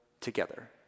together